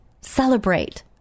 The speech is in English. Celebrate